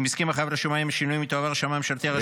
אם הסכים החייב לשומה עם השינויים היא תועבר לשמאי הממשלתי הראשי,